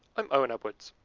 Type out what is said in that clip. i'm owen edwards.